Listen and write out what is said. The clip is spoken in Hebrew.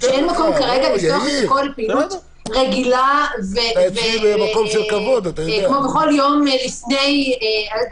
שאין מקום כרגע לפתוח פעילות רגילה כמו בכל יום לפני הסגר.